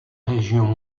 régions